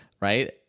Right